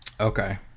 okay